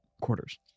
quarters